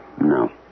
No